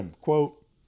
quote